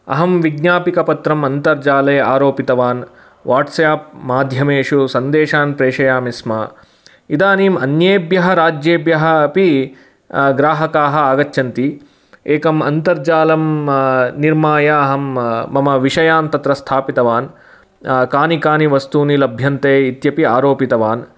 अहं विज्ञापनपत्रम् अन्तर्जाले आरोपितवान् वाट्स् आप् माध्यमेषु सन्देशान् प्रेशयामि स्म इदानीम् अन्येभ्यः राज्येभ्यः अपि ग्राहकाः आगच्छन्ति एकम् अन्तर्जालं निर्माय अहं मम विषयान् तत्र स्थापितवान् कानि कानि वस्तूनि लभ्यन्ते इत्यपि आरोपितवान्